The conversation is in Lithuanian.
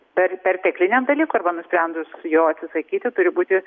per pertekliniam dalykui arba nusprendus jo atsisakyti turi būti